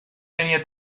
tenía